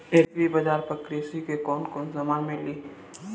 Agri बाजार पर कृषि के कवन कवन समान मिली?